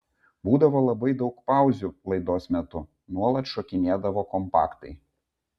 būdavo labai daug pauzių laidos metu nuolat šokinėdavo kompaktai